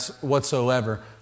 whatsoever